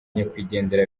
nyakwigendera